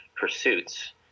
pursuits